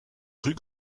rue